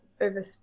over